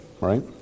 right